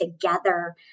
together